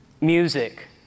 music